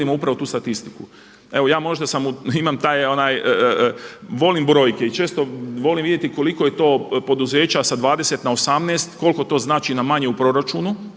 dobro da vidimo upravo tu statistiku. Evo ja možda imam taj možda, volim brojke, i često volim vidjeti koliko je to poduzeća sa 20 na 18, koliko to znači na manje u proračunu,